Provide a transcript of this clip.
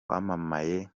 wamamaye